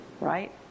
Right